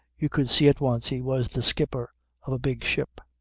you could see at once he was the skipper of a big ship.